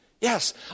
Yes